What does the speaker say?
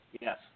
yes